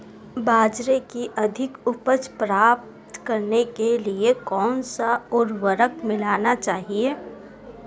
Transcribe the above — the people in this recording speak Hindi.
बाजरे की अधिक उपज प्राप्त करने के लिए कौनसा उर्वरक मिलाना चाहिए?